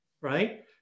right